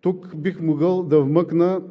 Тук бих могъл да вмъкна